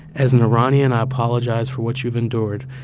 as an iranian, i apologize for what you've endured.